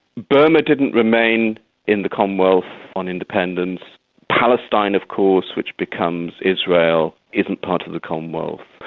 burma didn't remain in the commonwealth on independence palestine of course, which becomes israel, isn't part of the commonwealth.